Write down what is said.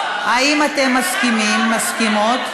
האם אתם מסכימים, מסכימות?